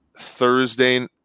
Thursday –